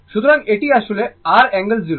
সুতরাং এটি আসলে R অ্যাঙ্গেল 0